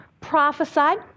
prophesied